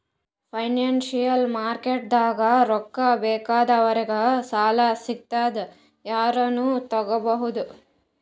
financial ಮಾರ್ಕೆಟ್ದಾಗ್ ರೊಕ್ಕಾ ಬೇಕಾದವ್ರಿಗ್ ಸಾಲ ಸಿಗ್ತದ್ ಯಾರನು ತಗೋಬಹುದ್